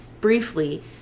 briefly